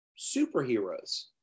superheroes